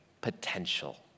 potential